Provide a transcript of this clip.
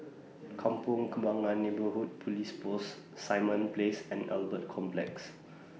Kampong Kembangan Neighbourhood Police Post Simon Place and Albert Complex